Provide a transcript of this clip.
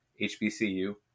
hbcu